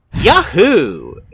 yahoo